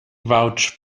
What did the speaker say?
vouch